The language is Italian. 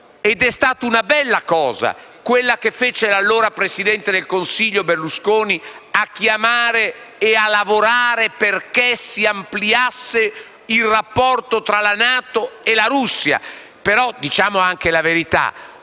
che è stata una bella cosa quella che fece l'allora presidente del Consiglio Berlusconi che lavorò perché si ampliasse il rapporto tra la NATO e la Russia. Però, diciamo anche la verità,